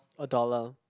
a dollar